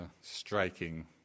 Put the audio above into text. striking